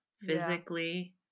physically